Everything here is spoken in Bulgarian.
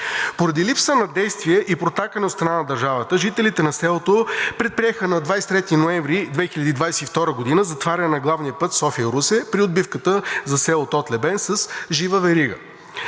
Поради липса на действия и протакане от страна на държавата жителите на селото предприеха на 23 ноември 2022 г. затваряне на главния път София – Русе при отбивката за село Тотлебен с жива верига.